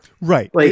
Right